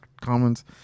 comments